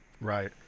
right